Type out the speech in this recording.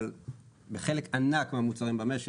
אבל בחלק ענק מהמוצרים בנשק,